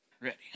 Ready